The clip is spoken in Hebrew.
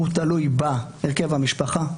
הוא תלוי בהרכב המשפחה,